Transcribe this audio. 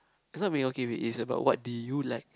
is not being okay with is about what do you like